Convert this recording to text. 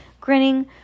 grinning